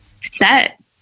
set